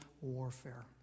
warfare